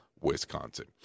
Wisconsin